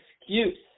excuse